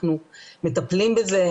אנחנו מטפלים בזה,